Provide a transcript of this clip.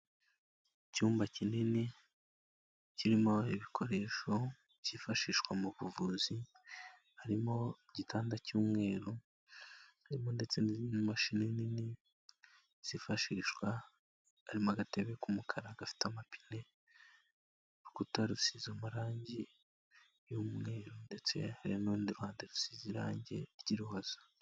Icyumba kinini kirimo ibikoresho byifashishwa mu buvuzi harimo igitanda cy'umweru, harimo ndetse n'imashini nini zifashishwa harimo agatebe k'umukara gafite amapine, urukuta rusize amarangi y'umweru ndetse hari n'urundi ruhande rusize irangi ry'iruhozo.